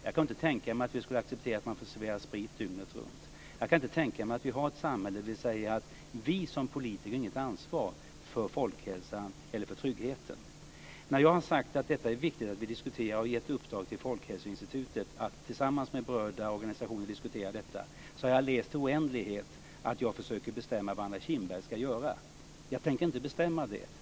Jag kan inte tänka mig att vi skulle acceptera att man får servera sprit dygnet runt. Jag kan inte tänka mig att vi har ett samhälle där vi säger att vi som politiker inte har något ansvar för folkhälsan eller för tryggheten. När jag har sagt att det är viktigt att vi diskuterar detta och gett i uppdrag till Folkhälsoinstitutet att tillsammans med berörda organisationer diskutera detta har jag läst i oändlighet att jag försöker bestämma vad Anna Kinberg ska göra. Jag tänker inte bestämma det.